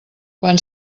quan